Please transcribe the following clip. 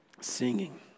singing